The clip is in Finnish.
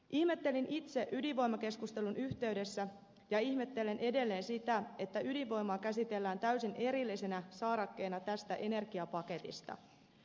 ihmettelin itse ydinvoimakeskustelun yhteydessä ja ihmettelen edelleen sitä että ydinvoimaa käsitellään täysin erillisenä saarekkeena tästä energiapaketista